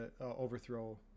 overthrow